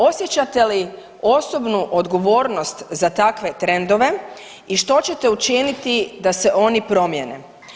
Osjećate li osobnu odgovornost za takve trendove i što ćete učiniti da se oni promijene?